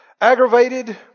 aggravated